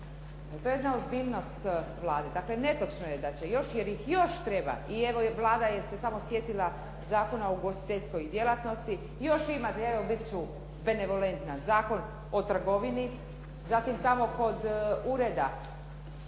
to je jedna ozbiljnost Vlade. Dakle netočno je da će još, jer ih još treba i evo, Vlada se samo sjetila Zakona o ugostiteljskoj djelatnosti. Još ima, evo biti ću benevolentna, Zakon o trgovini, zatim tamo kod ureda